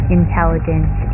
intelligence